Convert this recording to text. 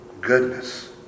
goodness